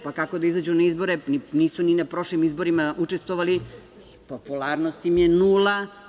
Pa, kako da izađu na izbore, nisu ni na prošlim izborima učestvovali, popularnost im je nula.